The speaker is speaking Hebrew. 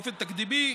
באופן תקדימי,